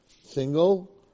single